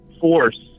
force